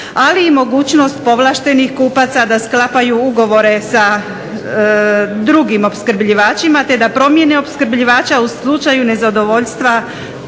ali i mogućnost povlaštenih kupaca da sklapaju ugovore sa drugim opskrbljivačima, te da promijene opskrbljivača, a u slučaju nezadovoljstva